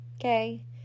okay